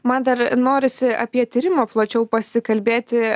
man dar norisi apie tyrimą plačiau pasikalbėti